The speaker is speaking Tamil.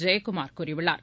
ஜெயக்குமார் கூறியுள்ளார்